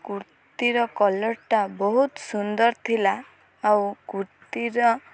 କୁର୍ତ୍ତୀର କଲର୍ଟା ବହୁତ ସୁନ୍ଦର ଥିଲା ଆଉ କୁର୍ତ୍ତୀର